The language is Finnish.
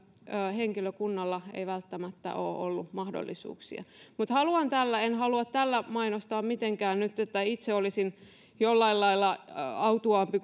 henkilökunnalla ei välttämättä ole ollut mahdollisuuksia en halua tällä mitenkään nyt mainostaa että itse olisin jollain lailla autuaampi